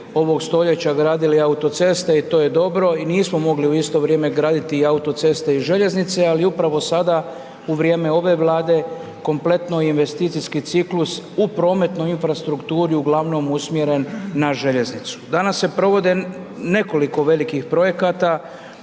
vrijeme ove Vlade kompletno investicijski ciklus u prometnoj infrastrukturi uglavnom usmjeren na željeznicu. Danas se provode nekoliko velikih projekata